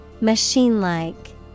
Machine-like